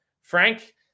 Frank